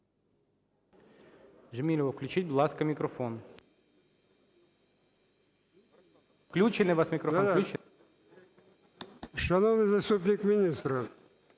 Шановний заступник міністра,